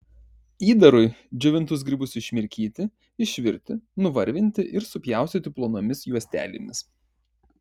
įdarui džiovintus grybus išmirkyti išvirti nuvarvinti ir supjaustyti plonomis juostelėmis